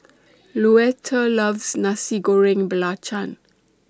Louetta loves Nasi Goreng Belacan